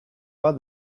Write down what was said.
bat